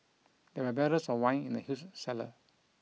there were barrels of wine in the huge cellar